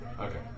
Okay